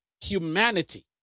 humanity